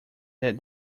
that